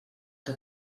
que